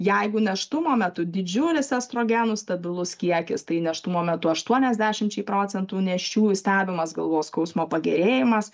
jeigu nėštumo metu didžiulis estrogenų stabilus kiekis tai nėštumo metu aštuoniasdešimčiai procentų nėščiųjų stebimas galvos skausmo pagerėjimas